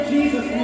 Jesus